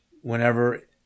whenever